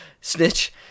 Snitch